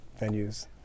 venues